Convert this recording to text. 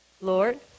Lord